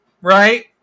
right